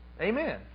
Amen